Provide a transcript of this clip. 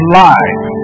life